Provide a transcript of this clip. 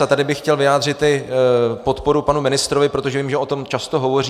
A tady bych chtěl vyjádřit podporu panu ministrovi, protože vím, že o tom často hovoří.